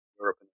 Europe